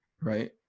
right